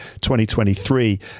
2023